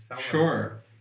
Sure